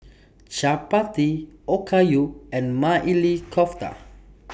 Chapati Okayu and Maili Kofta